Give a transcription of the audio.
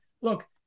look